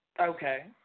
Okay